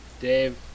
Dave